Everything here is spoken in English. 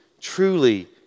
truly